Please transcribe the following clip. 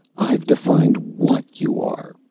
i've defined what you are.